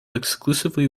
exclusively